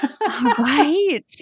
Right